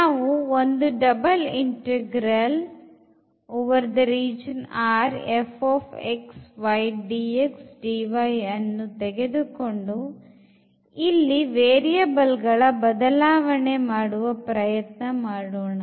ನಾವು ಒಂದು double integral ಅನ್ನು ತೆಗೆದುಕೊಂಡು ಇಲ್ಲಿ ವೇರಿಯಬಲ್ ಗಳ ಬದಲಾವಣೆ ಮಾಡುವ ಪ್ರಯತ್ನ ಮಾಡೋಣ